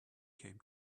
came